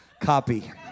copy